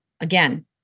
Again